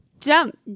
Jump